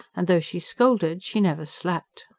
and though she scolded she never slapped.